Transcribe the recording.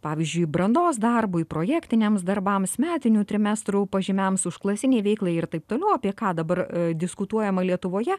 pavyzdžiui brandos darbui projektiniams darbams metinių trimestrų pažymiams užklasinei veiklai ir taip toliau apie ką dabar diskutuojama lietuvoje